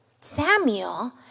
Samuel